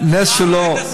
נס שלא,